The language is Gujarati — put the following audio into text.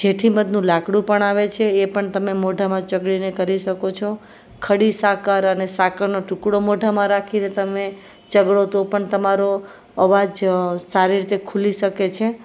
જેઠીમધનું લાકડું પણ આવે છે એ પણ તમે મોઢામાં ચગળીને કરી શકો છો ખડી સાકર અને સાકરનો ટુકડો મોઢામાં રાખીને તમે ચગળો તો પણ તમારો અવાજ સારી રીતે ખુલી શકે છે